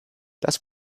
das